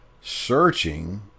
searching